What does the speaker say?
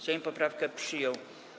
Sejm poprawkę przyjął.